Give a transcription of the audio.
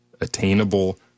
Attainable